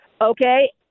okay